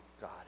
God